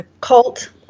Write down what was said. cult